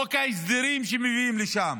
חוק ההסדרים שמביאים לשם,